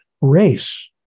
race